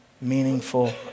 meaningful